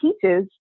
teaches